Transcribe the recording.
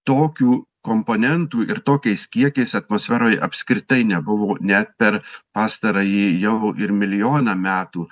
tokių komponentų ir tokiais kiekiais atmosferoj apskritai nebuvo net per pastarąjį jau ir milijoną metų